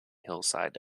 hillside